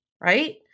right